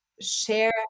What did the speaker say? share